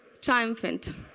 triumphant